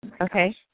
okay